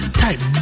type